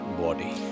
body